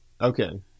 Okay